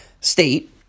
state